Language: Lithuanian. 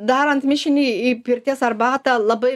darant mišinį į pirties arbatą labai